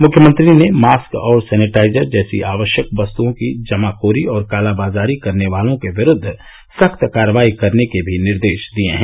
मुख्यमंत्री ने मास्क और सैनेटाइजर जैसी आवश्यक वस्तुओं की जमाखोरी और कालाबाजारी करने वालों के विरूद्व सख्त कार्रवाई करने के भी निर्देश दिये हैं